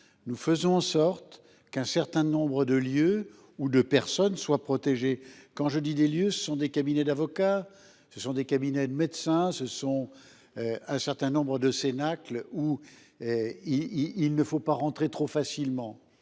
nous faisons en sorte qu’un certain nombre de lieux et de personnes soient protégés. Les lieux, ce sont des cabinets d’avocats, des cabinets de médecins, ainsi qu’un certain nombre de cénacles où il ne faut pas entrer trop facilement.